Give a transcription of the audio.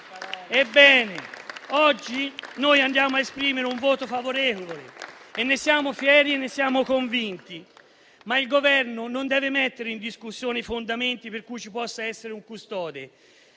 Ebbene, oggi noi andiamo a esprimere un voto favorevole, e ne siamo fieri e convinti. Ma il Governo non deve mettere in discussione i fondamenti per cui ci possa essere un custode,